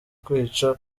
kwica